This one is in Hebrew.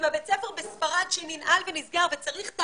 בית הספר בספרד שננעל ונסגר וצריך את